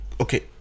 okay